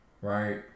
right